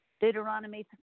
deuteronomy